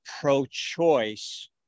pro-choice